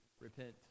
repent